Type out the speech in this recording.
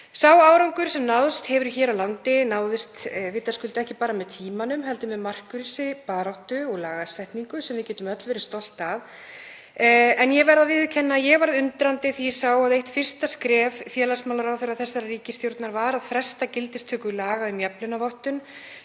Sá árangur sem náðst hefur hér á landi náðist vitaskuld ekki bara með tímanum heldur með markvissri baráttu og lagasetningu sem við getum öll verið stolt af. En ég verð að viðurkenna að ég varð undrandi þegar ég sá að eitt fyrsta skref félagsmálaráðherra þessarar ríkisstjórnar var að fresta gildistöku laga um jafnlaunavottun,